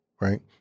right